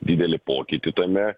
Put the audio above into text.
didelį pokytį tame